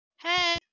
Hey